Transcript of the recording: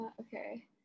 okay